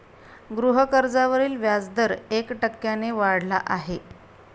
गृहकर्जावरील व्याजदर एक टक्क्याने वाढला आहे